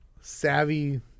savvy –